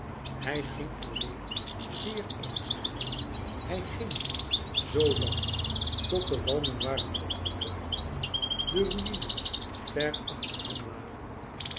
hij ging alleen zeer eenzaam hij ging z lang tot de walmen waren opgeklaard de ruïnes ver achter hem lagen